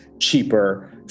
cheaper